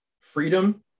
freedom